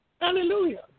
Hallelujah